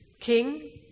king